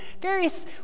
various